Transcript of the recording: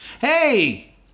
Hey